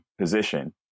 position